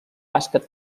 bàsquet